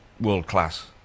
world-class